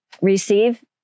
receive